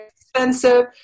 Expensive